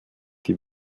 die